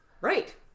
right